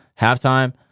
Halftime